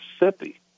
Mississippi